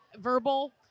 verbal